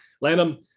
Lanham